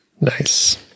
nice